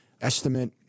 estimate